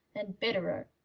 and bitterer!